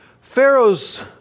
Pharaoh's